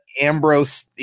ambrose